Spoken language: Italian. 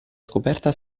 scoperta